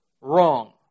wrong